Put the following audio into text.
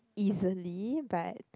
easily but